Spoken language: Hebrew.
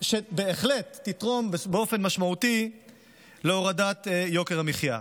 שבהחלט תתרום באופן משמעותי להורדת יוקר המחיה.